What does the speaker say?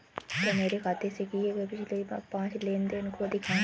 कृपया मेरे खाते से किए गये पिछले पांच लेन देन को दिखाएं